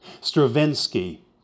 Stravinsky